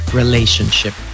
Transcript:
relationship